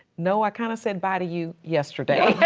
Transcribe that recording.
no, i kind of said bye to you yesterday.